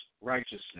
righteousness